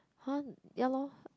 !huh! ya loh